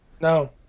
No